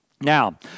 now